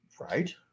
right